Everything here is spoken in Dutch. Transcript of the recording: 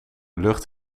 lucht